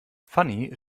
fanny